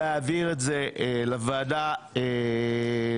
להעביר את זה לוועדה לבט"ל.